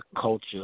culture